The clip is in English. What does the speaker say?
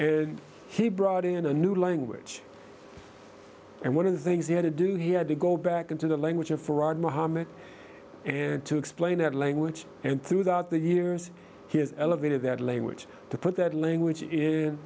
elected he brought in a new language and one of the things he had to do he had to go back into the language of fraud muhammad and to explain that language and throughout the years he has elevated that language to put that language